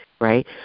right